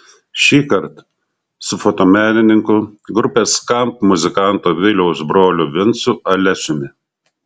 šįkart su fotomenininku grupės skamp muzikanto viliaus broliu vincu alesiumi